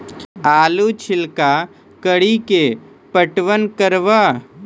आलू छिरका कड़ी के पटवन करवा?